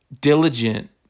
diligent